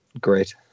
great